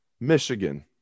Michigan